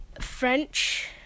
French